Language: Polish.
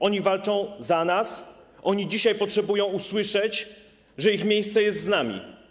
Oni walczą za nas, oni dzisiaj potrzebują usłyszeć, że ich miejsce jest z nami.